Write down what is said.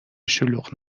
شلوغ